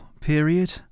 period